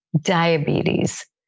diabetes